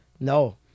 no